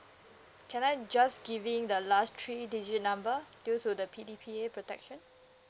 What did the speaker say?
can I just giving the last three digit number due to the P_D_P_A protection